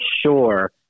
sure